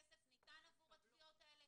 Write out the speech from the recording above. כמה כסף ניתן עבור התביעות האלה.